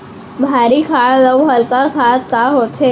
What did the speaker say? भारी खाद अऊ हल्का खाद का होथे?